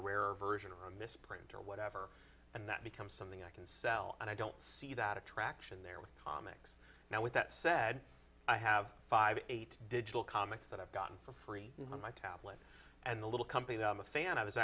a version on a misprint or whatever and that becomes something i can sell and i don't see that attraction there with comics now with that said i have five eight digital comics that i've gotten for free on my tablet and the little company that i'm a fan